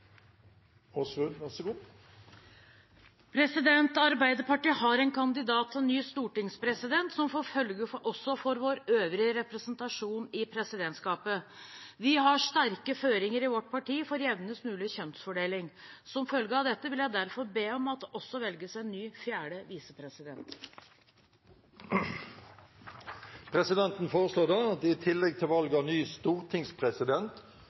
Arbeiderpartiet har en kandidat til ny stortingspresident som får følge også for vår øvrige representasjon i presidentskapet. Vi har sterke føringer i vårt parti for jevnest mulig kjønnsfordeling. Som følge av dette vil jeg derfor be om at det også velges en ny fjerde visepresident. Presidenten foreslår da at det i tillegg til valg av ny stortingspresident